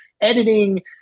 editing